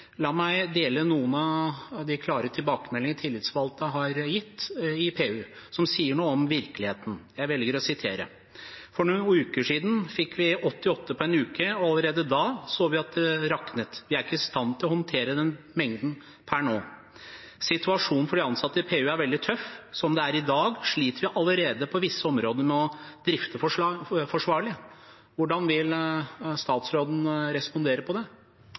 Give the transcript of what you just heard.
La meg dele noen av de klare tilbakemeldingene tillitsvalgte i PU har gitt, og som sier noe om virkeligheten. Jeg velger å sitere lokallagsleder Åsbjørg Gussgaard i intervju med TV 2: «For noen uker siden fikk vi 88 på en uke, og allerede da så vi at det raknet. Vi er ikke i stand til å håndtere den mengden per nå.» Hun sier videre: «Situasjonen for de ansatte i PU er veldig tøff. Som det er i dag, sliter vi allerede på visse områder med å drifte forsvarlig.» Hvordan vil statsråden respondere